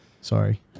Sorry